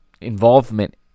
involvement